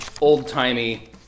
old-timey